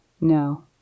No